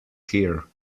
here